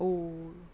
oh